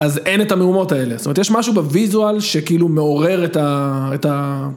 אז אין את המהומות האלה, זאת אומרת יש משהו בוויזואל שכאילו מעורר את ה...